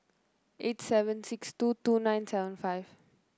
eight seven six two two nine seven five